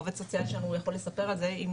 העו"ס יכול לספר על זה.